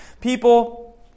People